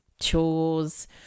chores